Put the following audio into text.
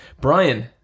Brian